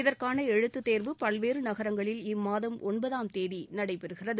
இதற்கான எழுத்துத்தேர்வு பல்வேறு நகரங்களில் இம்மாதம் ஒன்பதாம் தேதி நடைபெறுகிறது